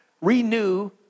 renew